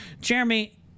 Jeremy